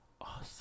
awesome